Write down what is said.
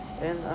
and I